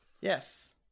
Yes